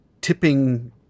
tipping